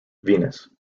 venus